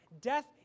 Death